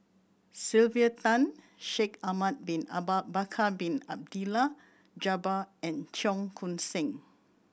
Sylvia Tan Shaikh Ahmad Bin Bakar Bin Abdullah Jabbar and Cheong Koon Seng